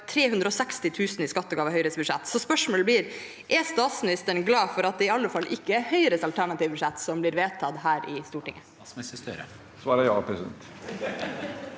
360 000 kr i skattegave i Høyres budsjett. Så spørsmålet blir: Er statsministeren glad for at det i alle fall ikke er Høyres alternative budsjett som blir vedtatt her i Stortinget?